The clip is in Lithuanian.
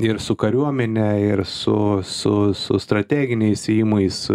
ir su kariuomene ir su su su strateginiais ėjimais